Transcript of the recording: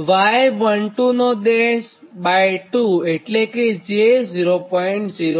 y122 એટલે કે j 0